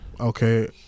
Okay